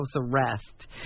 arrest